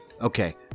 okay